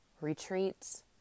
Retreats